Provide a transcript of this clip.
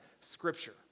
Scripture